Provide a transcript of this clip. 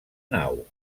nau